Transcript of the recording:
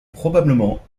probablement